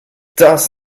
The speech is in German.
das